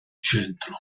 centro